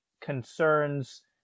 concerns